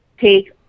take